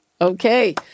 Okay